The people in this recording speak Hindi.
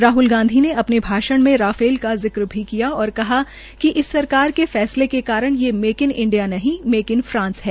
राहल गांधी ने अपने भाषण में राफेल का जिक्र भी किया और कहा कि इस सरकार के फैसले के कारण ये मेक इन इंडिया नहीं मेक इन फ्रांस है